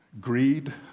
greed